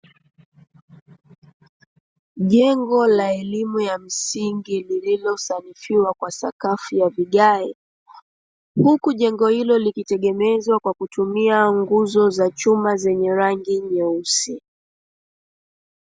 Jengo la elimu ya msingi, lililosanifiwa kwa sakafu ya vigae, huku jengo hilo likitegemezwa kwa kutumia nguzo za chuma zenye rangi nyeusi.